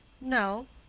no.